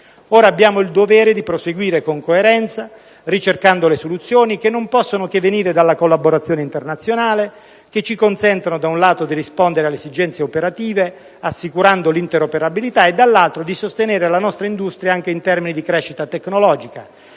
Ora abbiamo il dovere di proseguire con coerenza ricercando le soluzioni, che non possono che venire dalla collaborazione internazionale, che ci consentano, da un lato, di rispondere alle esigenze operative assicurando l'interoperabilità e, dall'altro, di sostenere la nostra industria anche in termini di crescita tecnologica.